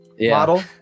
model